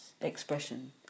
expression